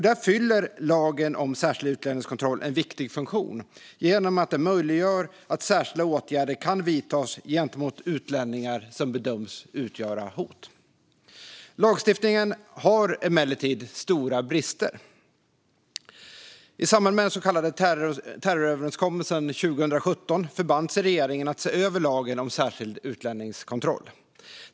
Där fyller lagen om särskild utlänningskontroll en viktig funktion genom att den möjliggör särskilda åtgärder gentemot utlänningar som bedöms utgöra hot. Lagstiftningen har emellertid stora brister. I samband med den så kallade terroröverenskommelsen 2017 förband sig regeringen att se över lagen om särskild utlänningskontroll.